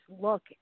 look